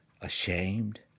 ashamed